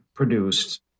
produced